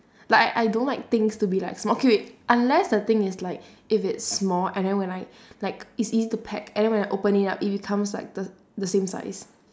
like I I don't like things to be like small okay wait unless the thing is like if it's small and then when I like it's easy to pack and then when I open it up it becomes like the the same size